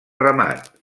ramat